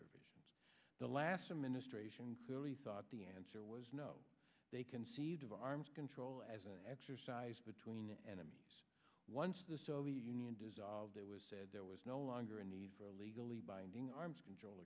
of the last administration clearly thought the answer was no they conceived of arms control as an exercise between enemies once the soviet union dissolved it was said there was no longer a need for a legally binding arms control